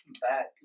back